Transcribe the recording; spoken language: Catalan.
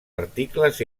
articles